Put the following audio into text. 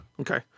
Okay